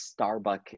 starbucks